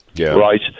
right